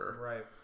Right